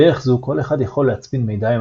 בדרך זו כל אחד יכול להצפין מידע עם